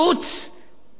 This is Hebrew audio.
למעשה,